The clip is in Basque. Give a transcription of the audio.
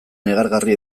negargarri